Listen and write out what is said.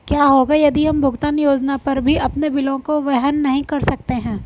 क्या होगा यदि हम भुगतान योजना पर भी अपने बिलों को वहन नहीं कर सकते हैं?